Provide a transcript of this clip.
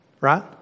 Right